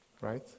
Right